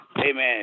amen